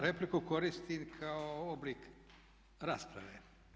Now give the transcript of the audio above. Repliku koristim kao oblik rasprave.